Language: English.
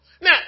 Now